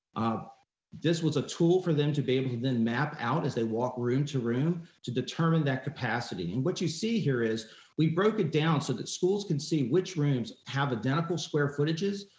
this was a tool for them to be able to then map out as they walk room to room to determine that capacity. and what you see here is we've broke down so that schools can see which rooms have identical square footages,